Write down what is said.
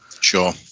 Sure